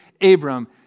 Abram